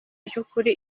byukuri